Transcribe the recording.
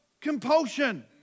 compulsion